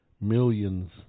millions